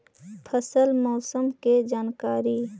फसल मौसम के जानकारी?